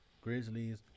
Grizzlies